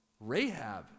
Rahab